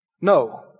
No